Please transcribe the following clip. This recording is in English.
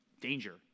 Danger